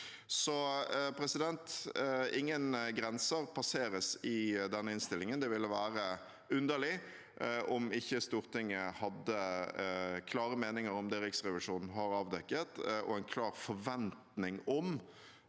ikke er godt nok. Ingen grenser passeres i denne innstillingen. Det ville være underlig om ikke Stortinget hadde klare meninger om det Riksrevisjonen har avdekket, og en klar forventning om